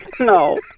No